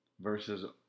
Versus